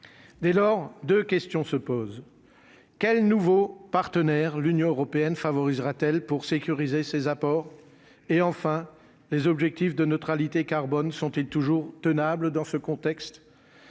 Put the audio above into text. dès lors, 2 questions se posent : quel nouveau partenaire, l'Union européenne favorisera-t-elle pour sécuriser ses apports et enfin les objectifs de neutralité carbone sont-ils toujours tenable dans ce contexte,